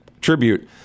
tribute